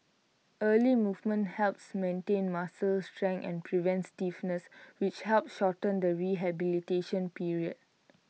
early movement helps maintain muscle strength and prevents stiffness which help shorten the rehabilitation period